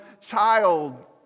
child